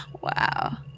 Wow